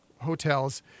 hotels